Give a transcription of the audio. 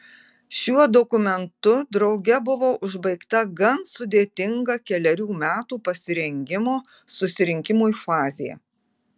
šiuo dokumentu drauge buvo užbaigta gan sudėtinga kelerių metų pasirengimo susirinkimui fazė